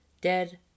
dead